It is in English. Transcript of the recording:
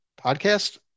podcast